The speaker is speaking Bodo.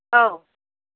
औ